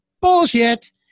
bullshit